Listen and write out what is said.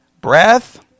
Breath